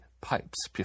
pipes